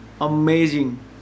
amazing